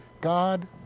God